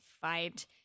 fight